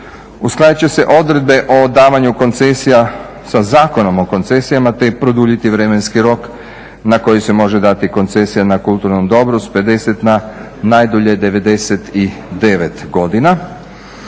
Uskladit će se odredbe o davanju koncesija sa Zakonom o koncesijama te produljiti vremenski rok na koji se može dati koncesija na kulturnom dobru s 50 na najdulje 99 godina.